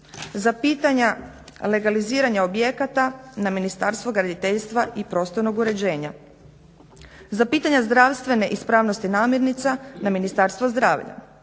za pitanja legaliziranja objekata na Ministarstvo graditeljstva i prostornog uređenja, za pitanja zdravstvene ispravnosti namirnica na Ministarstvo zdravlja,